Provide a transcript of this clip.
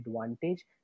advantage